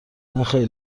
نخیر